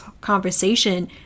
conversation